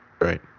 right